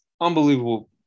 Unbelievable